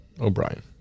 O'Brien